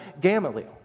Gamaliel